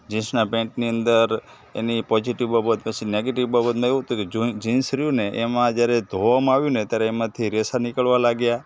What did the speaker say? જીન્સના પેન્ટની અંદર એની પોઝિટિવ બાબત પછી નેગેટીવ બાબતમા એવું થયું કે જોઇ જીન્સ રહ્યું ને એમાં જયારે ધોવામાં આવ્યું ને ત્યારે એમાંથી રેસા નીકળવા લાગ્યા